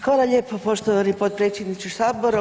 Hvala lijepo poštovani potpredsjedniče sabora.